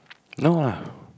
no lah